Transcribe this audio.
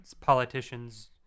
politicians—